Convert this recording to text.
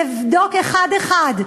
לבדוק אחד-אחד,